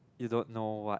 you don't know what